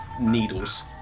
needles